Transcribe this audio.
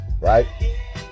right